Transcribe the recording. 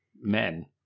men